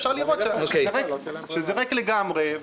אפשר לראות שזה ריק לגמרי.